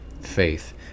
faith